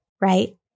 right